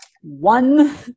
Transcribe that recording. one